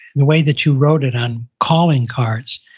the way that you wrote it on calling cards,